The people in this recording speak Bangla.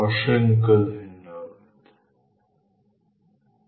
অসংখ্য ধন্যবাদ